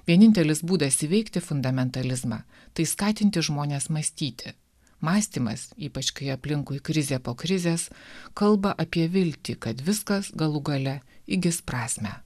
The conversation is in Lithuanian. vienintelis būdas įveikti fundamentalizmą tai skatinti žmones mąstyti mąstymas ypač kai aplinkui krizė po krizės kalba apie viltį kad viskas galų gale įgis prasmę